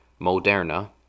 Moderna